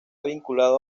vinculado